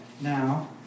now